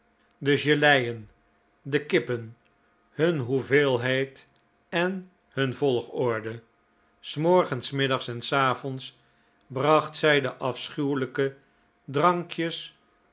de geleien de kippen hun hoeveelheid en hun volgorde s morgens s middags en s avonds bracht zij de afschuwelijke drankjes